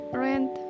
rent